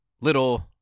little